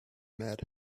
mad